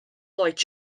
lloyd